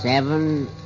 Seven